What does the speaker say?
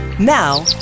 Now